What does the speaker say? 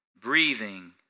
breathing